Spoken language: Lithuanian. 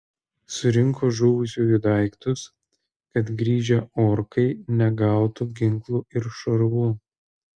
surinko žuvusiųjų daiktus kad grįžę orkai negautų ginklų ir šarvų